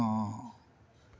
ਹਾਂ